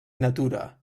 natura